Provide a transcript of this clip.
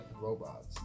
robots